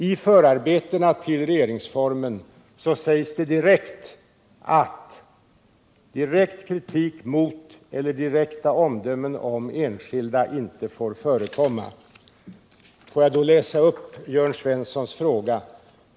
I förarbetena till regeringsformen sägs det klart att direkt kritik mot eller direkta omdömen om enskilda inte får förekomma. Låt mig mot denna bakgrund läsa upp Jörn Svenssons fråga.